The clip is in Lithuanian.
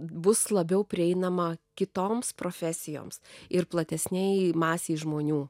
bus labiau prieinama kitoms profesijoms ir platesnei masei žmonių